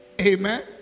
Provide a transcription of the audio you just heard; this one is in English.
Amen